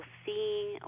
seeing